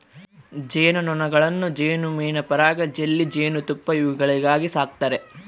ಜೇನು ನೊಣಗಳನ್ನು ಜೇನುಮೇಣ ಪರಾಗ ಜೆಲ್ಲಿ ಜೇನುತುಪ್ಪ ಇವುಗಳಿಗಾಗಿ ಸಾಕ್ತಾರೆ